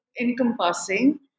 encompassing